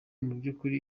mubyukuri